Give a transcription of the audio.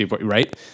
Right